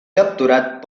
capturat